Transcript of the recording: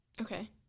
okay